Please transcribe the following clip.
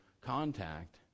contact